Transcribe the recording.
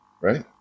Right